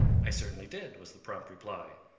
i certainly did, was the prompt reply.